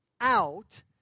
out